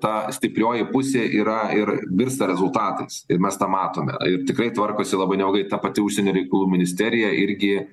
ta stiprioji pusė yra ir virsta rezultatais ir mes tą matome ir tikrai tvarkosi labai neblogai ta pati užsienio reikalų ministerija irgi